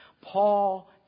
Paul